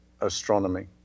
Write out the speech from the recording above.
astronomy